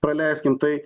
praleiskim tai